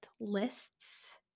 lists